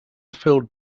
filled